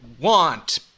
want